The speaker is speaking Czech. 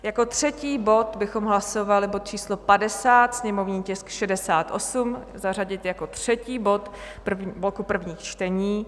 Jako třetí bod bychom hlasovali bod číslo 50, sněmovní tisk 68, zařadit jako třetí bod bloku prvních čtení.